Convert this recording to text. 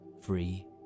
free